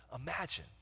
imagine